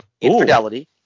Infidelity